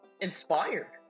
inspired